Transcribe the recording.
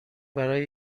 برای